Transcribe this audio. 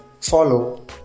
follow